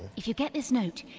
if you get this note,